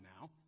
now